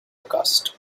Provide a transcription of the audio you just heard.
cast